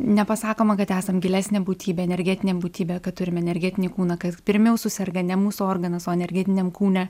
nepasakoma kad esam gilesnė būtybė energetinė būtybė kad turime energetinį kūną kad pirmiau suserga ne mūsų organas o energetiniam kūne